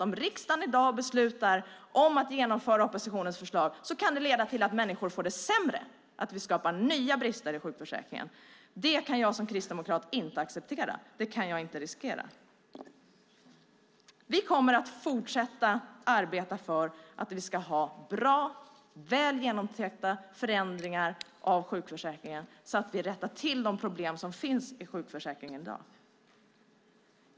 Om riksdagen i dag beslutar att genomföra oppositionens förslag kan det leda till att människor får det sämre, att vi skapar nya brister i sjukförsäkringen. Det kan jag som kristdemokrat inte acceptera. Det kan jag inte riskera. Vi kommer att fortsätta arbeta för att vi ska ha bra, väl genomtänkta förändringar av sjukförsäkringen så att vi rättar till de problem som finns i sjukförsäkringen i dag.